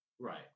Right